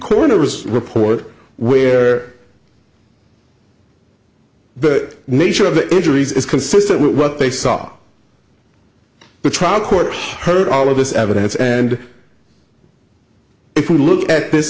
coroner's report where the nature of the injuries is consistent with what they saw the trial court heard all of this evidence and if you look at this